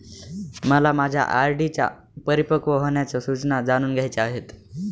मला माझ्या आर.डी च्या परिपक्व होण्याच्या सूचना जाणून घ्यायच्या आहेत